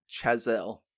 chazelle